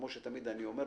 כמו שתמיד אני אומר,